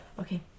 okay